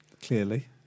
Clearly